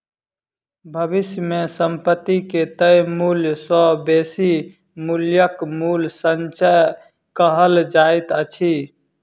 भविष्य मे संपत्ति के तय मूल्य सॅ बेसी मूल्यक मूल्य संचय कहल जाइत अछि